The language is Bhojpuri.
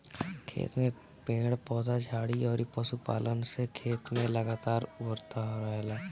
खेत में पेड़ पौधा, झाड़ी अउरी पशुपालन से खेत में लगातार उर्वरता रहेला